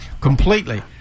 completely